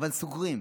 אבל סוגרים.